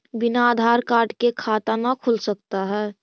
बिना आधार कार्ड के खाता न खुल सकता है?